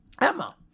Emma